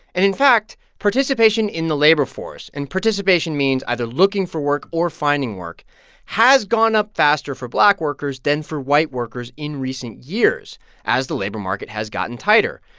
and in fact, participation in the labor force and participation means either looking for work or finding work has gone up faster for black workers than for white workers in recent years as the labor market has gotten tighter.